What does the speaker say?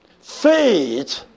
Faith